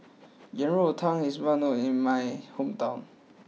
Yang Rou Tang is well known in my hometown